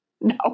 No